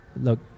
look